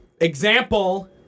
example